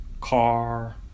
car